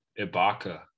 Ibaka